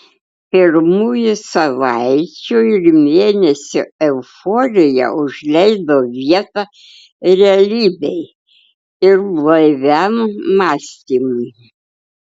pirmųjų savaičių ir mėnesių euforija užleido vietą realybei ir blaiviam mąstymui